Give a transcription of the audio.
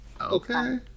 Okay